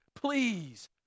please